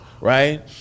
Right